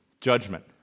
Judgment